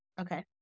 Okay